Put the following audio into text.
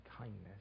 kindness